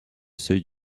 seuil